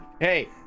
hey